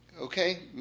okay